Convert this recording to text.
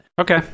Okay